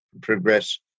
progress